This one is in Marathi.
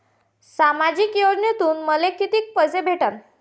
सामाजिक योजनेतून मले कितीक पैसे भेटन?